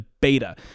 Beta